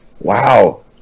wow